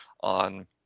on